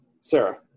Sarah